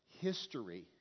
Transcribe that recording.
history